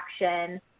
action